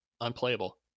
unplayable